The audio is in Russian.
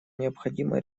необходимо